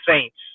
Saints